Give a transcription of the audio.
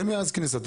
כן, מאז כניסתו.